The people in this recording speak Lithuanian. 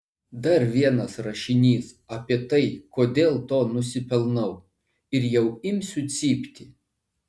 dar vienas rašinys apie tai kodėl to nusipelnau ir jau imsiu cypti